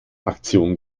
aktion